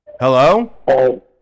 hello